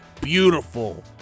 beautiful